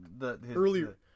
earlier